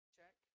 Check